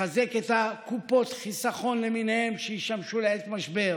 לחזק את קופות החיסכון למיניהן, שישמשו לעת משבר.